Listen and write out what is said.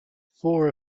four